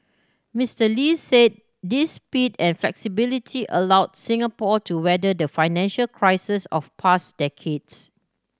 Mr Lee said this speed and flexibility allowed Singapore to weather the financial crises of pass decades